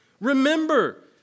remember